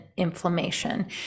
inflammation